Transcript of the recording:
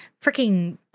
freaking